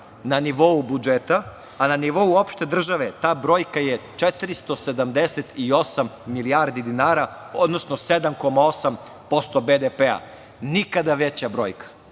na nivou budžeta, a na nivou opšte države ta brojka je 478 milijardi dinara, odnosno 7,8% BDP-a. Nikada veća brojka. Nikada